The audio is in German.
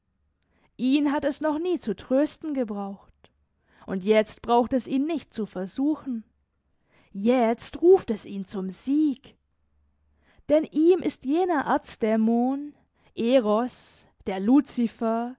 ihn hat es noch nie zu trösten gebraucht und jetzt braucht es ihn nicht zu versuchen jetzt ruft es ihn zum sieg denn ihm ist jener erzdämon eros der luzifer